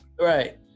Right